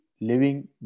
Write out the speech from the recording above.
living